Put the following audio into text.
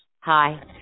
Hi